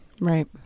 Right